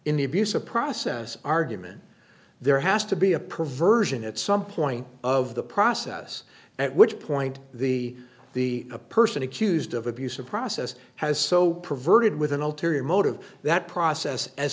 in the abuse of process argument there has to be a perversion at some point of the process at which point the the a person accused of abuse of process has so perverted with an ulterior motive that process as